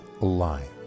alive